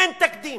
אין תקדים,